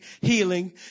healing